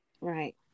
Right